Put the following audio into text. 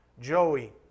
Joey